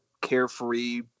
carefree